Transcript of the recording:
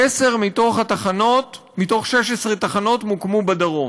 עשר מתוך 16 תחנות מוקמו בדרום,